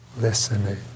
listening